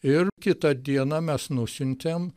ir kitą dieną mes nusiuntėm